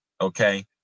okay